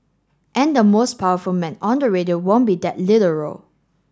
and the most powerful man on the radio won't be that literal